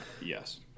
Yes